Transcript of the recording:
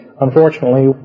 unfortunately